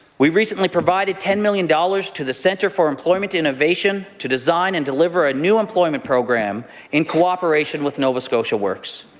we've recently provided ten million dollars to the centre for employment innovation to design and deliver a new employment program in cooperation with nova scotia works.